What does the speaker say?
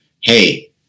Hey